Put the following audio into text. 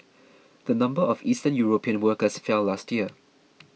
the number of Eastern European workers fell last year